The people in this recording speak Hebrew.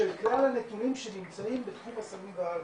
של כלל הנתונים שנמצאים בתחום הסמים והאלכוהול.